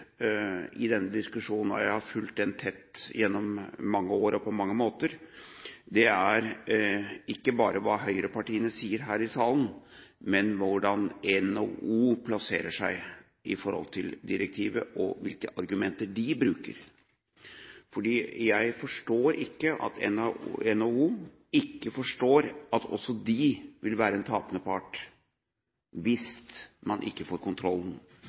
i denne diskusjonen – og jeg har fulgt den tett gjennom mange år og på mange måter – er ikke bare hva høyrepartiene sier her i salen, men det er hvordan NHO plasserer seg i forhold til direktivet, og hvilke argumenter de bruker. Jeg forstår ikke at NHO ikke forstår at også de vil være en tapende part hvis man ikke får